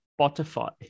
Spotify